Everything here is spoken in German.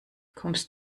kommst